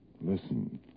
Listen